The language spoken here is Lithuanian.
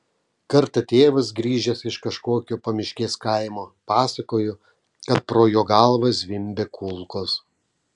kartą tėvas grįžęs iš kažkokio pamiškės kaimo pasakojo kad pro jo galvą zvimbė kulkos